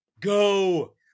go